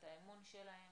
את האמון שלהם